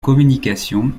communication